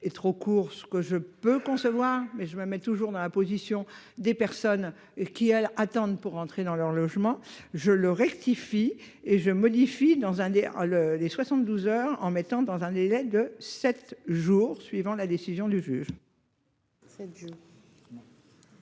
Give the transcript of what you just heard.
et trop court. Ce que je peux concevoir mais je me mets toujours dans la position des personnes et qui attendent pour rentrer dans leur logement je le rectifie et je modifie dans un délire le des 72 heures en mettant dans un délai de 7 jours suivant la décision du juge.